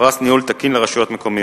פרס ניהול תקין לרשויות מקומיות.